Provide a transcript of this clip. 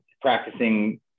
practicing